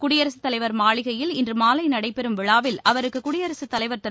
குடியரசுத் தலைவர் மாளிகையில் இன்று மாலை நடைபெறும் விழாவில் அவருக்கு குடியரசுத் தலைவர் திரு